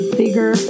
bigger